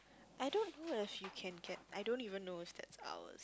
I don't know if she can get I don't even know is that's ours